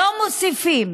ולא מוסיפים.